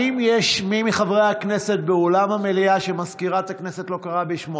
האם יש מי מחברי הכנסת באולם המליאה שהמזכירה לא קראה בשמו?